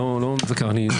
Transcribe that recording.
ראשית,